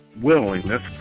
willingness